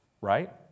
Right